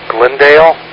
Glendale